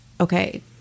okay